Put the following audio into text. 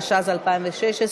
התשע"ז 2016,